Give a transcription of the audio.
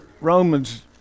Romans